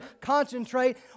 concentrate